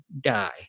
die